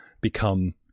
become